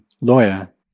lawyer